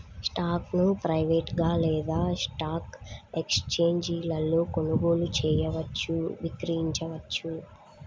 స్టాక్ను ప్రైవేట్గా లేదా స్టాక్ ఎక్స్ఛేంజీలలో కొనుగోలు చేయవచ్చు, విక్రయించవచ్చు